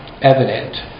evident